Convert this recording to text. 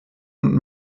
und